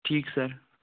ٹھیٖک سر